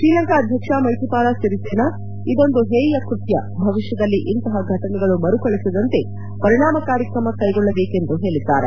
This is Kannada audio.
ಶ್ರೀಲಂಕಾ ಅಧ್ಯಕ್ಷ ಮೈತ್ರಿಪಾಲ ಸಿರಿಸೇನಾ ಇದೊಂದು ಹೇಯಕೃತ್ಯ ಭವಿಷ್ಠದಲ್ಲಿ ಇಂತಹ ಘಟನೆಗಳು ಮರುಕಳಿಸದಂತೆ ಪರಿಣಾಮಕಾರಿ ಕ್ರಮಗಳನ್ನು ಕ್ಲೆಗೊಳ್ಟಬೇಕೆಂದು ಹೇಳಿದ್ದಾರೆ